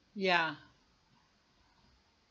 ya